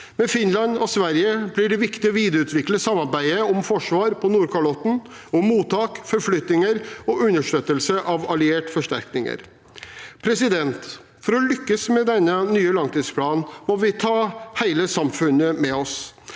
Med Finland og Sverige blir det viktig å videreutvikle samarbeidet om forsvar på Nordkalotten og mottak, forflytninger og understøttelse av allierte forsterkninger. For å lykkes med denne nye langtidsplanen må vi ha hele samfunnet med oss.